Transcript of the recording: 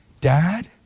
Dad